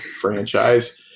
franchise